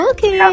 Okay